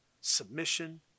submission